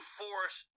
force